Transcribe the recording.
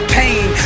pain